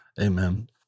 Amen